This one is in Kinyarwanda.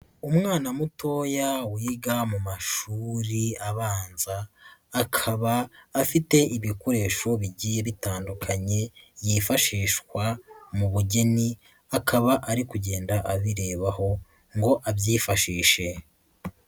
Umwana mutoya wiga mu mashuri abanza akaba afite ibikoresho bigiye bitandukanye yifashishwa mu bugeni, akaba ari kugenda abirebaho ngo abyifashishe.